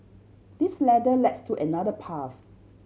this ladder leads to another path